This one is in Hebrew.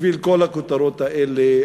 בשביל כל הכותרות האלה,